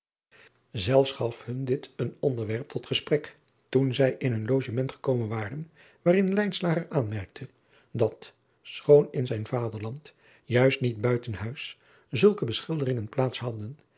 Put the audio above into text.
elfs gaf hun dit een onderwerp tot gesprek toen zij in hun ogement gekomen waren waarin aanmerkte dat schoon in zijn vaderland juist niet buiten huis zulke beschilderingen plaats hadden